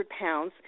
pounds